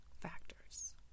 factors